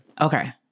Okay